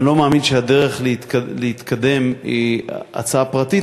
אני לא מאמין שהדרך להתקדם היא בהצעה פרטית,